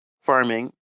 farming